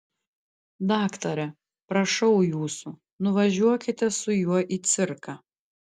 daktare prašau jūsų nuvažiuokite su juo į cirką